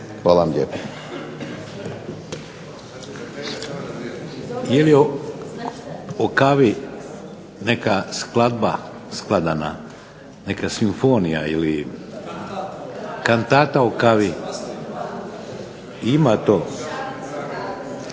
Luka (HDZ)** Je li o kavi neka skladba skladana, neka simfonija ili kantata o kavu. Ima to.